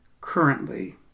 currently